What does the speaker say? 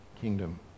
kingdom